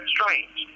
Strange